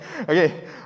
Okay